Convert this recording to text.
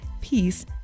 peace